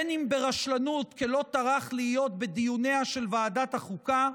בין אם ברשלנות כי לא טרח להיות בדיוניה של ועדת החוקה,